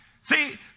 See